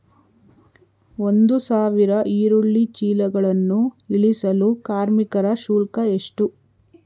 ಒಂದು ಸಾವಿರ ಈರುಳ್ಳಿ ಚೀಲಗಳನ್ನು ಇಳಿಸಲು ಕಾರ್ಮಿಕರ ಶುಲ್ಕ ಎಷ್ಟು?